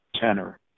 Tenor